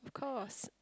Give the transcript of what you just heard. of course